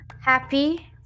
happy